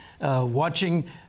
watching